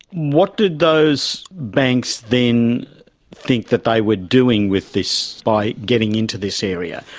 what did those banks then think that they were doing with this by getting into this area?